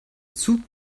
zug